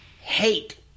hate